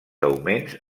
augments